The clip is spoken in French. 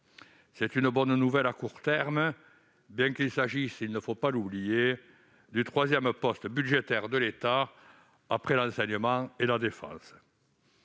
C'est une bonne nouvelle à court terme, bien qu'il s'agisse toujours- ne l'oublions pas -du troisième poste budgétaire de l'État, après l'enseignement et la défense